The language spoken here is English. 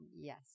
Yes